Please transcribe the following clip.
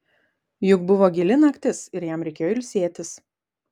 juk buvo gili naktis ir jam reikėjo ilsėtis